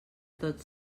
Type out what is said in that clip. tots